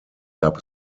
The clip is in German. gab